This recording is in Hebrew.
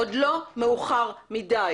עוד לא מאוחר מידי.